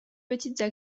petites